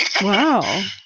wow